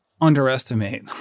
underestimate